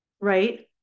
right